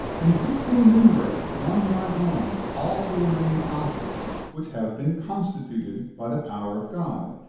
and who can enumerate one by one all the re maining objects which have been constituted by the power of god,